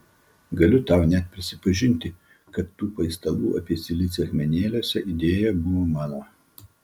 galiu tau net prisipažinti kad tų paistalų apie silicį akmenėliuose idėja buvo mano